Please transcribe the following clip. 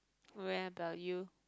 where about you